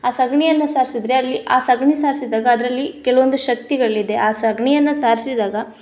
ಆ ಸಗಣಿಯನ್ನು ಸಾರಿಸಿದ್ರೆ ಅಲ್ಲಿ ಆ ಸಗಣಿ ಸಾರಿಸಿದಾಗ ಅದರಲ್ಲಿ ಕೆಲೊವೊಂದು ಶಕ್ತಿಗಳಿದೆ ಆ ಸಗಣಿಯನ್ನು ಸಾರಿಸಿದಾಗ